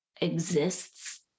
exists